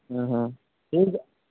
ᱴᱷᱤᱠ ᱜᱮᱭᱟ